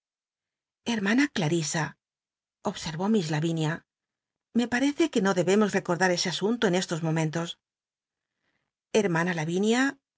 clarisa observó miss lavinia me parece que no debemos recordar ese asunto en estos momentos hermana lavinia